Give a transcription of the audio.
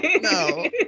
No